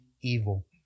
evil